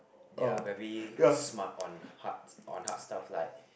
they're very smart on hard on hard stuff like